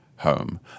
home